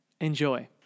enjoy